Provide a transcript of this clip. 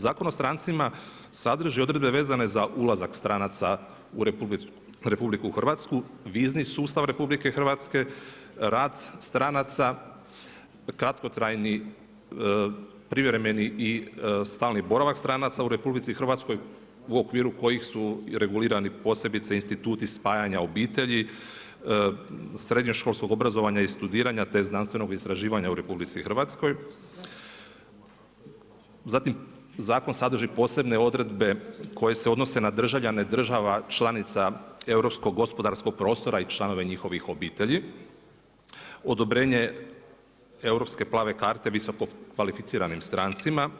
Zakon o strancima sadrži odredbe vezane za ulazak stranaca u RH, vizni sustav RH, rad stranaca, kratkotrajni privremeni i stalni boravak stranaca u RH u okviru kojih su regulirani posebice instituti spajanja obitelji, srednjoškolskog obrazovanja i studiranja te znanstvenog istraživanja u RH, zatim zakon sadrži posebne odredbe koje se donose na državljane država članica Europskog gospodarskog prostora i članove njihovih obitelji, odobrenje europske plave karte visokokvalificiranim strancima,